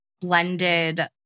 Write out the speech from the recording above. blended